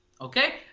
Okay